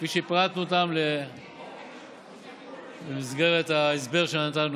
כפי שפירטנו אותם במסגרת ההסבר שנתנו.